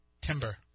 Timber